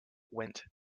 went